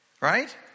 Right